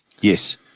Yes